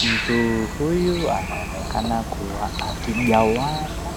Mtu huyu anaonekana kuwa akigawanya